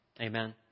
Amen